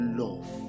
love